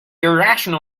irrational